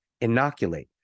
inoculate